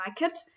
market